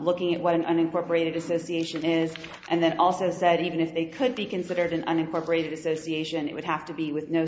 looking at what an unincorporated association is and then also said even if they could be considered an unincorporated association it would have to be with no